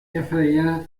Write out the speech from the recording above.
effrayant